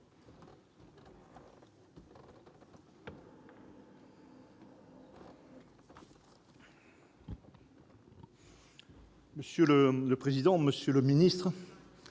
Monsieur le président, monsieur le ministre,